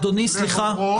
אדוני, סליחה.